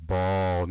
Ball